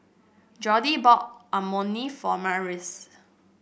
Jordi bought Imoni for Marius